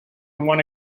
one